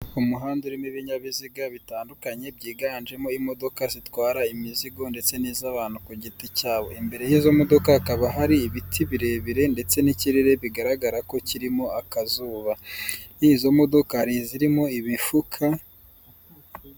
Umuhanda urimo ibinyabiziga bitandukanye byiganjemo imodoka zitwara imizigo ndetse n'iz'abantu ku giti cyabo imbere y'izo modoka hakaba hari ibiti birebire ndetse n'ikirere bigaragara ko kirimo akazuba izo modokari zirimo imifuka.